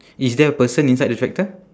is there a person inside the tractor